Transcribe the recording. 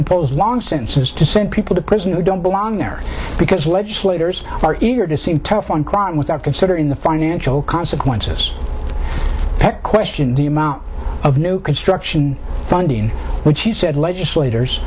impose long sentences to send people to prison who don't belong there because legislators are eager to seem tough on crime without considering the financial consequences that question do you mount of new construction funding which he said legislators